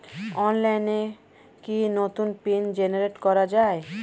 অনলাইনে কি নতুন পিন জেনারেট করা যায়?